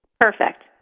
Perfect